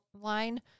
line